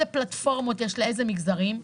הפלטפורמות שיש למגזרים השונים,